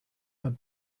had